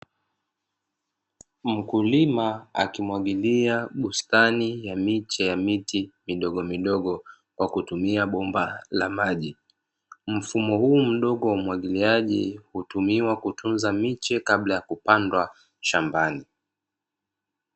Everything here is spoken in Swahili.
Mkulima akimwagilia bustani ya miche ya miti midogo midogo kwa kutumia bomba la maji, mfumo huu mdogo wa umwagiliaji hutumiwa kutunza miche kabla ya kupandwa shambani.